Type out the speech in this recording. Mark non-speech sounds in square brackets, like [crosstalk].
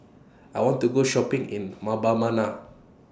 I want to Go Shopping in [noise] Mbabana